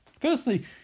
Firstly